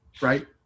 right